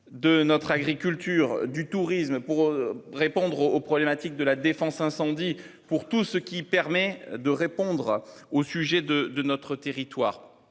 de notre agriculture du tourisme pour répondre aux problématiques de la défense incendie pour tout ce qui permet de répondre au sujet de de notre territoire.